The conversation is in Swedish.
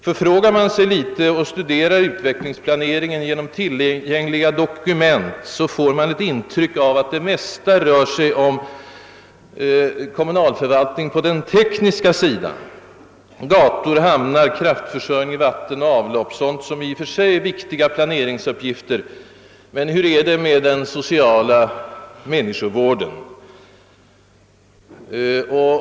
Förfrågar man sig litet och studerar utvecklingsplaneringen genom tillgängliga dokument, får man ett intryck av att det i samarbetsnämnderna mest rör sig om kommunalförvaltning på den tekniska sidan. Det kan gälla gator, hamnar, kraftförsörjning, vatten och avlopp, i och för sig viktiga planeringsuppgifter, men hur är det med den sociala människovården?